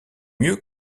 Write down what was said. mieux